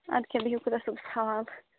اَدٕ کیٛاہ بِہِو خُدا صٲبَس حوالہٕ